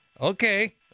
Okay